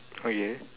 okay